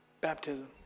Baptism